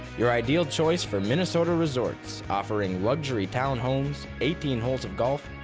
your ideal choice for minnesota resorts, offering luxury townhomes, eighteen holes of golf,